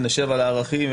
ונשב על הערכים,